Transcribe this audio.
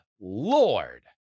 Lord